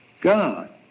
God